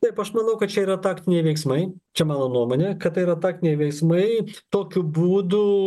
taip aš manau kad čia yra taktiniai veiksmai čia mano nuomonė kad tai yra taktiniai veiksmai tokiu būdu